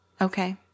Okay